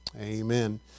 Amen